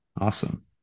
Awesome